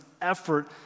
effort